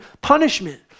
punishment